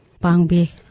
Pangbi